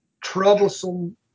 troublesome